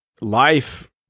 life